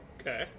Okay